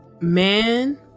Man